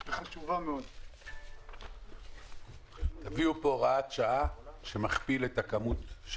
הישיבה ננעלה בשעה 09:27.